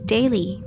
Daily